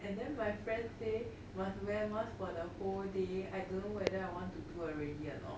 and then my friend say must wear mask for the whole day I don't know whether I want to do already or not